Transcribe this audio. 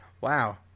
Wow